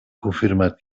confirmat